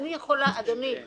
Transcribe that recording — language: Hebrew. אדוני היושב-ראש,